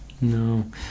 no